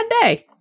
day